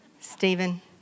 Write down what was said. Stephen